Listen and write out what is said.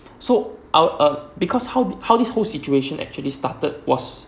so uh um because how how this whole situation actually started was